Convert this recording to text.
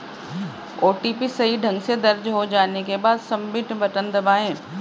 OTP सही ढंग से दर्ज हो जाने के बाद, सबमिट बटन दबाएं